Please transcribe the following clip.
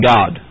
God